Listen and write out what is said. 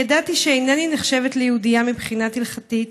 ידעתי שאינני נחשבת ליהודייה מבחינה הלכתית,